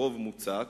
רוב מוצק,